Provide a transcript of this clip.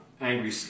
angry